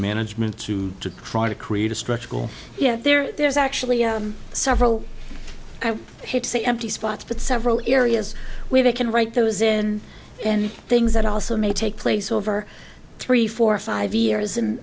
management to try to create a stretch goal yet there's actually i'm several i hate to say empty spots but several areas where they can write those in and things that also may take place over three four five years